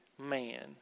man